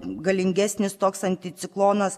galingesnis toks anticiklonas